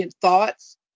thoughts